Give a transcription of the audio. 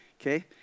Okay